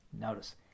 Notice